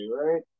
right